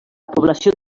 població